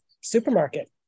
supermarket